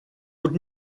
would